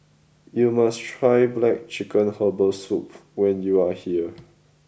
you must try Black Chicken Herbal Soup when you are here